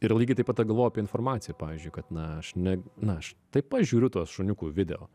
ir lygiai taip pat galvoju apie informaciją pavyzdžiui kad na aš ne na aš taip pat žiūriu tuos šuniukų video